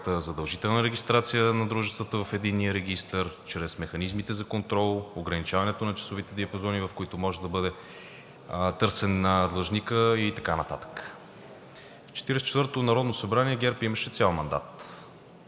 задължителна регистрация на дружествата в единния регистър, чрез механизмите за контрол, ограничаването на часовите диапазони, в които може да бъде търсен длъжникът, и така нататък. В Четиридесет и четвъртото народно събрание ГЕРБ имаше цял мандат.